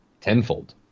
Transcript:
tenfold